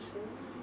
oh